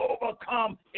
overcome